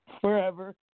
forever